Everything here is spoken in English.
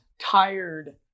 tired